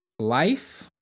Life